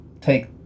take